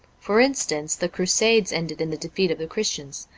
for instance, the crusades ended in the defeat of the christians.